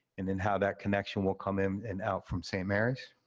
and then how that connection will come in and out from st. mary's.